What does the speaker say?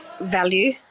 value